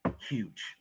huge